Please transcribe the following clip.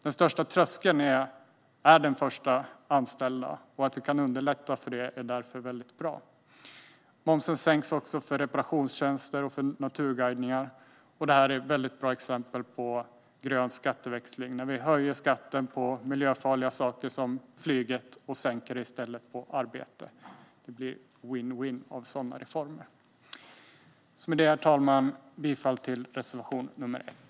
Den största tröskeln är att anställa just den första personen. Att vi kan underlätta för det är därför väldigt bra. Momsen sänks också för reparationstjänster och naturguidningar. Det här är väldigt bra exempel på grön skatteväxling. Vi höjer skatten på miljöfarliga saker som flyget och sänker den i stället på arbete. Det blir vinn-vinn av sådana reformer. Herr talman! Jag yrkar bifall till reservation nr 1.